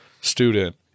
student